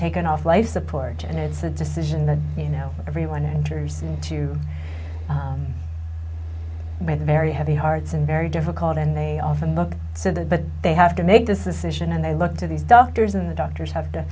taken off life support and it's a decision that you know everyone enters to make very heavy hearts and very difficult and they often book so that they have to make this decision and they look to these doctors and the doctors have